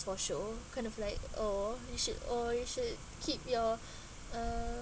for show kind of like oh you should oh you should keep your uh